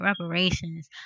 reparations